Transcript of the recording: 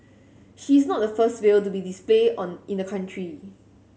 she's not the first whale to be display on in the country